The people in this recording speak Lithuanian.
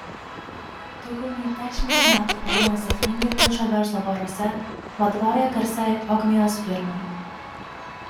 daugiau nei dešimtį metų arūnas sėkmingai pluša verslo baruose vadovauja garsiai ogmios firmai